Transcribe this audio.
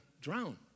drown